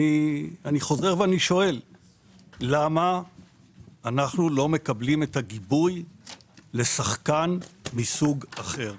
אני חוזר ושואל למה אנחנו לא מקבלים גיבוי לשחקן מסוג אחר.